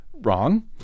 Wrong